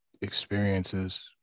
experiences